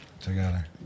together